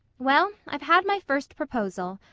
well, i've had my first proposal.